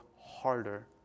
harder